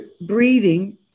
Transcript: breathing